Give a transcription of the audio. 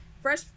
fresh